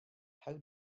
how